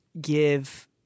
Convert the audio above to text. give